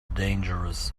dangerous